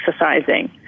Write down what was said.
exercising